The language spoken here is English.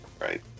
right